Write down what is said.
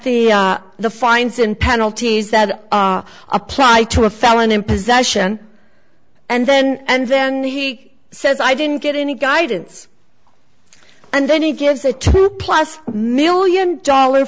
the fines and penalties that apply to a felon in possession and then and then he says i didn't get any guidance and then he gives a two plus million dollar